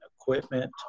equipment